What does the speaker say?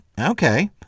okay